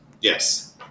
Yes